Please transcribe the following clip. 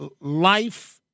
life